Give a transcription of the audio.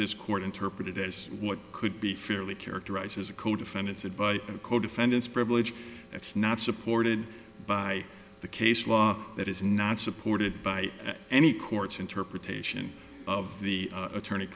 this court interpreted as what could be fairly characterized as a codefendant said by co defendants privilege that's not supported by the case law that is not supported by any court's interpretation of the attorney